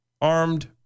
armed